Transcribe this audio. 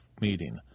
meeting